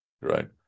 right